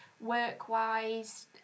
work-wise